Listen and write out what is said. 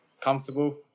comfortable